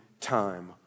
time